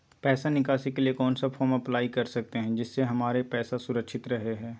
पैसा निकासी के लिए कौन सा फॉर्म अप्लाई कर सकते हैं जिससे हमारे पैसा सुरक्षित रहे हैं?